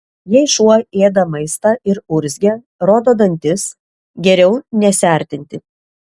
jei šuo ėda maistą ir urzgia rodo dantis geriau nesiartinti